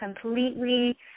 completely